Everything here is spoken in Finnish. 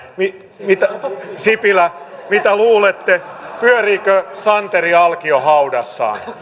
sipilä mitä luulette pyöriikö santeri alkio haudassaan